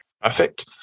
Perfect